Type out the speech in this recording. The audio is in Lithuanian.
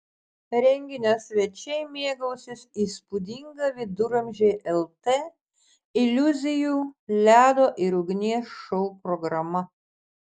renginio svečiai mėgausis įspūdinga viduramžiai lt iliuzijų ledo ir ugnies šou programa